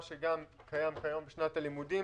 מה שגם קיים היום בשנת הלימודים,